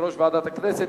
יושב-ראש ועדת הכנסת,